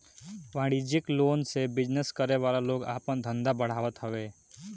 वाणिज्यिक लोन से बिजनेस करे वाला लोग आपन धंधा बढ़ावत हवे